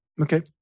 Okay